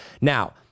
Now